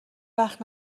وقت